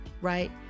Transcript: right